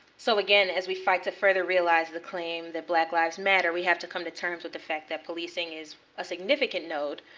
so again, as we fight to further realize the claim that black lives matter, we have to come to terms with the fact that policing is a significant node,